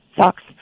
socks